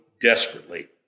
desperately